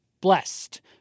blessed